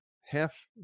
half